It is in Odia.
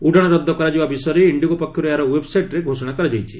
ଉଡ଼ାଣ ରଦ୍ଦ କରାଯିବା ବିଷୟରେ ଇଣ୍ଡିଗୋ ପକ୍ଷରୁ ଏହାର ଓ୍ବେବ୍ସାଇଟ୍ରେ ଘୋଷଣା କରାଯାଇଛି